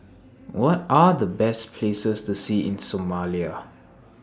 What Are The Best Places to See in Somalia